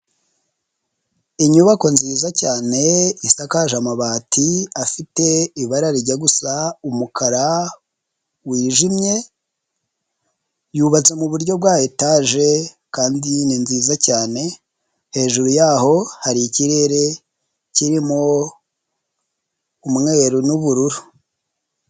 Inyubako nziza cyane isakaje amabati afite ibara rijya gusa umukara wijimye, yubatse mu buryo bwa etaje kandi ni nziza cyane, hejuru yaho hari ikirere kirimo umweru n'ubururu.